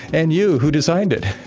and you, who designed it.